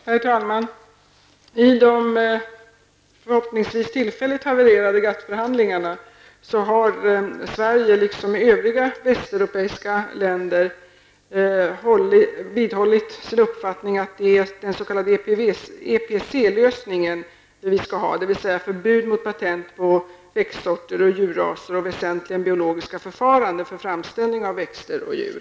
Herr talman! I de förhoppningsvis tillfälligt havererade GATT-förhandlingarna har Sverige, liksom övriga västeuropeiska länder, vidhållit sin uppfattning att vi skall ha den s.k. EPC-lösningen, dvs. förbud mot patent på växtsorter och djurarter och väsentliga biologiska förfaranden för framställning av växter och djur.